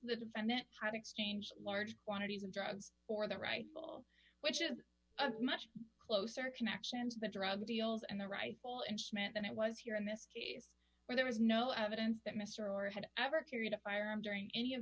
the defendant had exchanged large quantities of drugs or the rifle which is much closer connections the drug deals and the rifle and smith than it was here in this case where there was no evidence that mr r had ever carried a firearm during any of